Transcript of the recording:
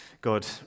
God